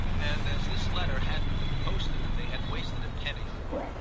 and as this letter hadn't been posted they had wasted a penny on me.